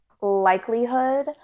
likelihood